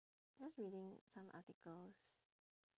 just reading some articles